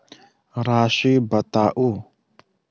राशि बताउ